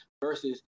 Versus